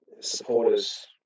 supporters